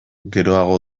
geroago